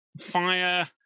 fire